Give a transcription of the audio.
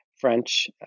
French